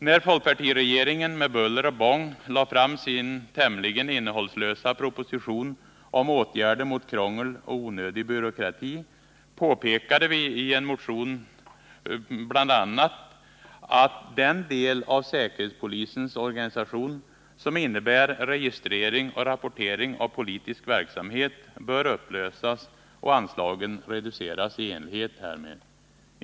När folkpartiregeringen med buller och bång lade fram sin tämligen innehållslösa proposition om åtgärder mot krångel och onödig byråkrati, pekade vi i en motion på att bl.a. den del av säkerhetspolisens organisation som innebär registrering och rapportering av politisk verksamhet bör upplösas och anslagen reduceras i enlighet härmed.